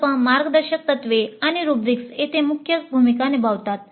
प्रकल्प मार्गदर्शक तत्त्वे आणि रुब्रिक्स येथे मुख्य भूमिका निभावतात